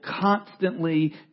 constantly